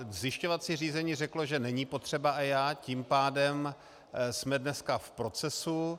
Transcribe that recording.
Zjišťovací řízení řeklo, že není potřeba EIA, tím pádem jsme dneska v procesu.